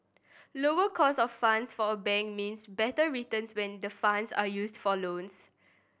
lower cost of funds for a bank means better returns when the funds are used for loans